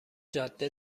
جاده